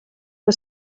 que